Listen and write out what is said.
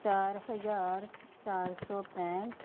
ਚਾਰ ਹਜ਼ਾਰ ਚਾਰ ਸੌ ਪੈਂਹਠ